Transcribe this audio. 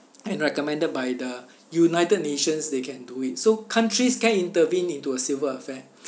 and recommended by the united nations they can do it so countries can intervene into a civil affair